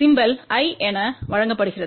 சிம்பல்டாக I என வழங்கப்படுகிறது